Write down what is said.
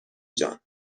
جان